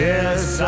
Yes